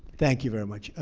thank you very much.